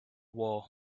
war